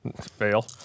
fail